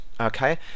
okay